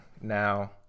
now